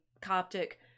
Coptic